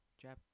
Japan